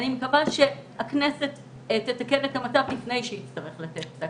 אני מקווה שהכנסת תתקן את המצב לפני שהיא תצטרך לתת פסק דין.